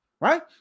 Right